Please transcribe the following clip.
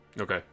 Okay